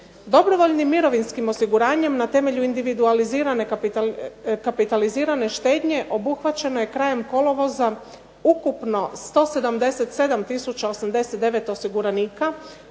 Dobrovoljnim mirovinskim osiguranjem na temelju individualizirane kapitalizirane štednje obuhvaćeno je krajem kolovoza ukupno 177 tisuća 89 osiguranika,